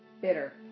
bitter